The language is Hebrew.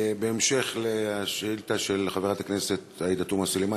בהמשך לשאילתה של חברת הכנסת עאידה תומא סלימאן,